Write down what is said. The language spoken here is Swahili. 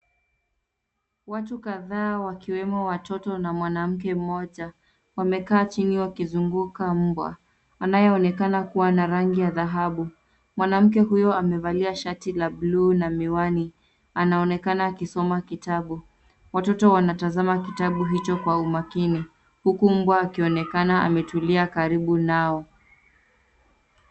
Watu kadhaa wakiwemo watoto na mwanamke mmoja. Wamekaa chini wakizunguka mbwa. Anayeonekana kuwa na rangi ya dhahabu. Mwanamke huyu amevalia shati la blue na miwani. Anaonekana akisoma kitabu. Watoto wanatazama kitabu hicho kwa umakini. Huku mbwa akionekana kuwa ametulia karibu nao.